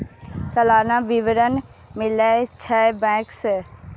सलाना विवरण मिलै छै बैंक से?